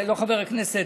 לא חבר הכנסת,